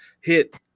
hit